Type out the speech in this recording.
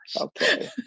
okay